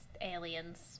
Aliens